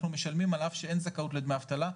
משלמים על אף שאין זכאות לדמי אבטלה,